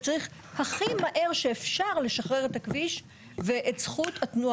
וצריך הכי מהר אפשר לשחרר את הכביש ואת זכות התנועה.